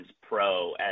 pro